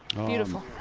beautiful.